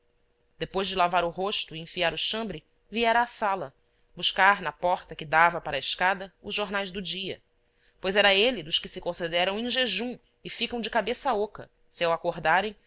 depois de lavar o rosto e enfiar o chambre viera à sala buscar na porta que dava para a escada os jornais do dia pois era ele dos que se consideram em jejum e ficam de cabeça oca se ao acordarem